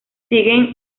sigue